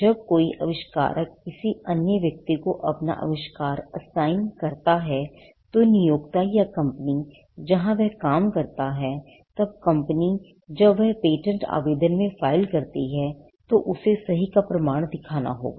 जब कोई आविष्कारक किसी अन्य व्यक्ति को अपना आविष्कार assign करता है तो नियोक्ता या कंपनी जहां वह काम करता है तब कंपनी जब वह पेटेंट आवेदन में फाइल करती है तो उसे सही का प्रमाण दिखाना होगा